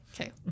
okay